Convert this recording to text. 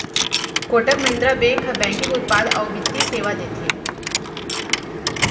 Kotak Mahindra bank ह banking उत्पाद अउ बित्तीय सेवा देथे